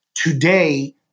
today